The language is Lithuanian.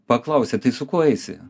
paklausė tai su kuo eisi